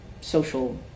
social